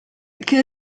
che